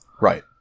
Right